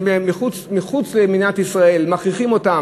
כשמחוץ למדינת ישראל מכריחים אותה,